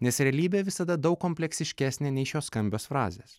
nes realybė visada daug kompleksiškesnė nei šios skambios frazės